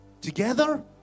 together